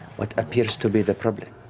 what appears to be the problem?